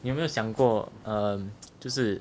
你有没有想过 um 就是